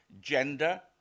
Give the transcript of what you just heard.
gender